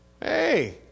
hey